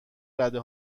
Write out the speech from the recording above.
رده